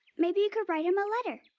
maybe you could write them a letter.